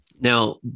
Now